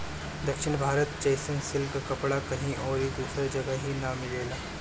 दक्षिण भारत जइसन सिल्क कपड़ा कहीं अउरी दूसरा जगही नाइ मिलेला